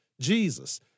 Jesus